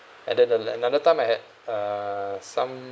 and then the like another time I had uh some